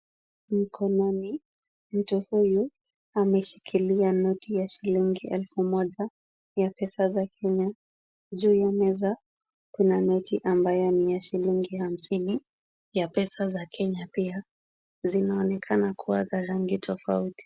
Mkononi, mtu huyu ameshikilia noti ya shilingi elfu moja ya pesa za Kenya. Juu ya meza kuna noti ambayo ni ya shilingi hamsini ya pesa za Kenya pia. Zinaonekana kuwa za rangi tofauti.